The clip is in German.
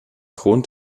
grund